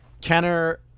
Kenner